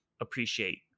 appreciate